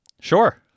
Sure